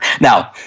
Now